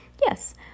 Yes